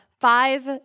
Five